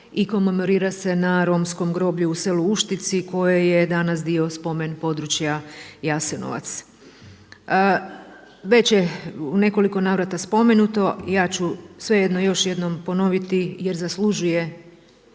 komemorira se na romskom groblju u selu Uštici koje je danas dio spomen područja Jasenovac. Već je u nekoliko navrata spomenuto, ja ću svejedno još jednom ponoviti jer zaslužuje